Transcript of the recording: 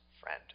friend